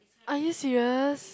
are you serious